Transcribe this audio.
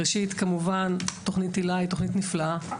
ראשית כמובן שתוכנית היל"ה היא תוכנית נפלאה,